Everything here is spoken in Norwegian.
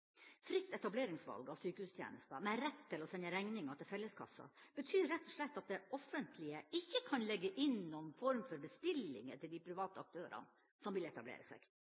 Fritt etableringsvalg av sykehustjenester med rett til å sende regninga til felleskassa betyr rett og slett at det offentlige ikke kan legge inn noen form for bestillinger til de private aktørene som vil etablere seg.